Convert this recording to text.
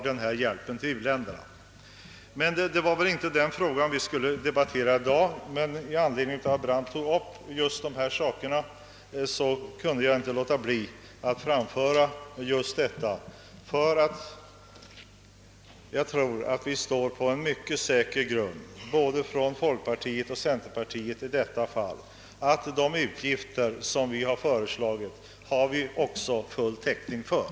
Det var inte denna fråga vi skulle debattera i dag, men då herr Brandt drog upp den kunde jag inte låta bli att framföra vissa synpunkter. Jag tror nämligen att både folkpartiet och centerpartiet befinner sig på en mycket säker grund i detta fall, ty de utgifter som vi har föreslagit har vi också full täckning för.